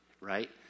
right